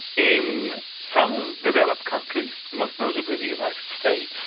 in some developed countries, most notably the united states,